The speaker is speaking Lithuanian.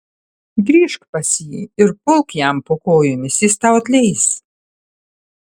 grįžk pas jį ir pulk jam po kojomis jis tau atleis